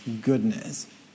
goodness